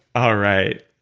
all right